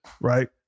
right